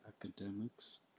Academics